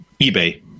ebay